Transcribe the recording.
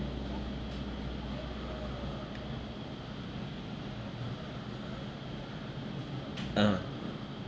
a'ah